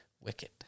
Wicked